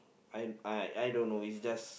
I I I don't know it's just